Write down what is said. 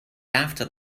after